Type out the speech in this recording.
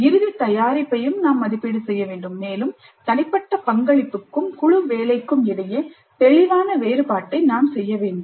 இறுதி தயாரிப்பையும் மதிப்பீடு செய்ய வேண்டும் மேலும் தனிப்பட்ட பங்களிப்புக்கும் குழு வேலைக்கும் இடையே தெளிவான வேறுபாட்டை நாம் செய்ய வேண்டும்